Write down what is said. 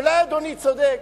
אולי אדוני צודק,